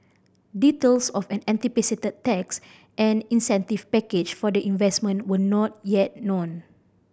details of an anticipated tax and incentive package for the investment were not yet known